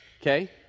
okay